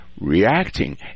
reacting